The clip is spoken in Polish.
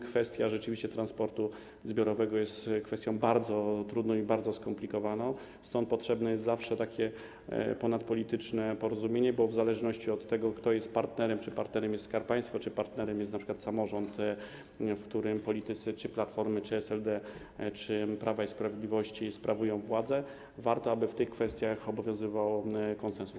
Kwestia transportu zbiorowego jest kwestią bardzo trudną i bardzo skomplikowaną, stąd potrzebne jest zawsze ponadpolityczne porozumienie, bo niezależnie od tego, kto jest partnerem, czy partnerem jest Skarb Państwa, czy partnerem jest np. samorząd, w którym politycy czy Platformy, czy SLD, czy Prawa i Sprawiedliwości sprawują władzę, warto, aby w tych kwestiach obowiązywał konsensus.